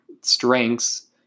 strengths